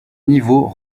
niveaux